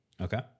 Okay